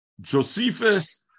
Josephus